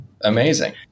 Amazing